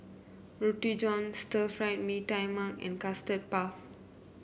Roti John Stir Fry Mee Tai Mak and Custard Puff